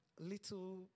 little